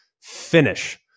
Finish